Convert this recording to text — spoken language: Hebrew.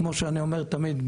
כמו שאני אומר תמיד,